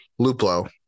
Luplo